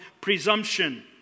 presumption